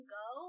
go